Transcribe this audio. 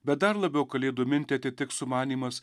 bet dar labiau kalėdų mintį atitiks sumanymas